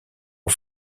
aux